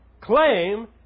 claim